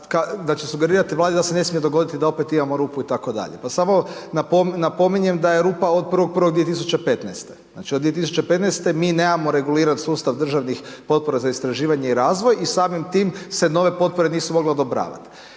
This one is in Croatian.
da ćete sugerirati Vladi da se ne smije dogoditi da opet imamo rupu itd., pa samo napominjem da je rupa od 1.1.2015. Znači od 2015. mi nemamo reguliran sustav državnih potpora za istraživanje i razvoj i samim tim se nove potpore nisu mogle odobravati.